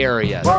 Area